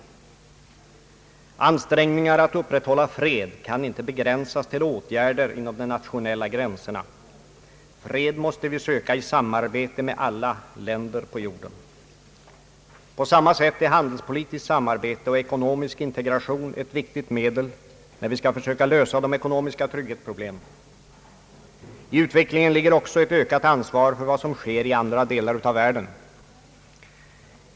Ansträngningar att upprätthålla fred kan inte begränsas till åtgärder inom de nationella gränserna. Fred måste vi söka i samarbete med alla länder på jorden. På samma sätt är handelspolitiskt samarbete och ekonomisk integration viktiga medel när vi skall försöka lösa de ekonomiska trygghetsproblemen. I utvecklingen ligger också ett ökat ansvar för vad som sker i andra delar av världen.